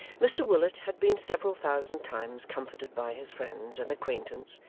mr willet had been several thousand times comforted by his friends and acquaintance,